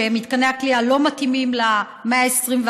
שמתקני הכליאה לא מתאימים למאה ה-21,